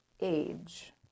age